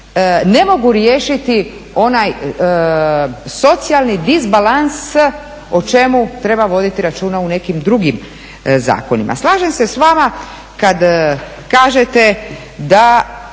ne mogu riješiti onaj socijalni disbalans o čemu treba voditi računa u nekim drugim zakonima. Slažem se s vama kad kažete da